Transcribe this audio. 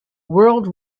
world